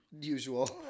Usual